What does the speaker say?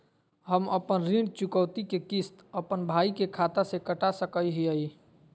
हम अपन ऋण चुकौती के किस्त, अपन भाई के खाता से कटा सकई हियई?